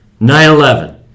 9-11